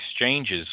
exchanges